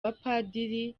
bapadiri